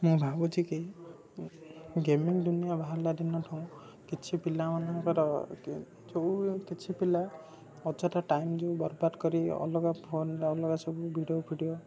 ମୁଁ ଭାବୁଛି କି ଗେମିଂ ଦୁନିଆ ବାହାରିଲା ଦିନ ଠୁଁ କିଛି ପିଲା ମାନଙ୍କର ଯେଉଁ କିଛି ପିଲା ଅଯଥା ଟାଇମ ଯେଉଁ ବରବାଦ କରି ଅଲଗା ଫୋନରେ ଅଲଗା ସବୁ ଭିଡିଓ ଫିଡିଓ